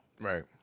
Right